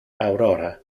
aurora